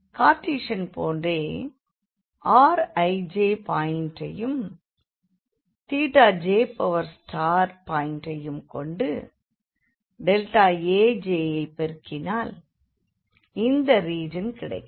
Cartesian போன்றே rij பாயிண்டையும் j பாயிண்டையும் கொண்டு Ajயைப் பெருக்கினால் இந்த ரீஜன் கிடைக்கும்